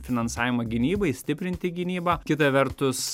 finansavimą gynybai stiprinti gynybą kita vertus